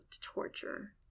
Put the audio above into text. torture